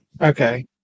Okay